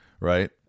right